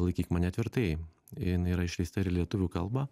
laikyk mane tvirtai jinai yra išleista ir į lietuvių kalbą